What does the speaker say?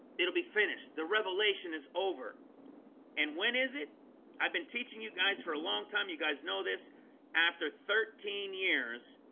it'll be finished the revelation is over and when is it i've been teaching you guys for a long time? you guys know this after thirteen years?